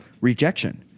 rejection